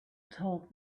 told